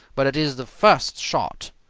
but it is the first shot,